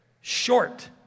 short